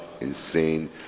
insane